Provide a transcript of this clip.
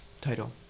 title